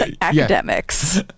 academics